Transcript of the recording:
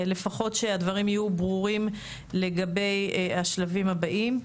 לפחות שהדברים יהיו ברורים לגבי השלבים הבאים,